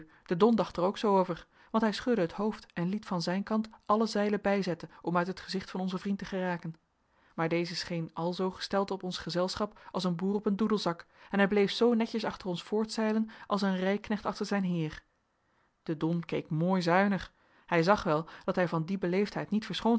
de don dacht er ook zoo over want hij schudde het hoofd en liet van zijn kant alle zeilen bijzetten om uit het gezicht van onzen vriend te geraken maar deze scheen alzoo gesteld op ons gezelschap als een boer op een doedelzak en hij bleef zoo netjes achter ons voortzeilen als een rijknecht achter zijn heer de don keek mooi zuinig hij zag wel dat hij van die beleefdheid niet